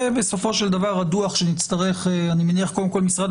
זה בסופו של דבר הדוח שנצטרך אני מניח שקודם כל משרד